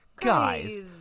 Guys